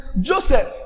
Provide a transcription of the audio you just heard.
joseph